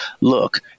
look